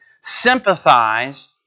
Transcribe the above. sympathize